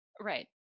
Right